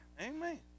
Amen